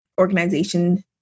organization